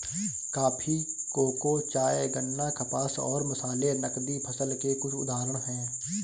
coffee, cocoa, चाय, गन्ना, कपास और मसाले नकदी फसल के कुछ उदाहरण हैं